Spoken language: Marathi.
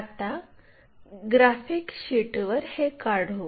आता ग्राफिक शीटवर हे काढू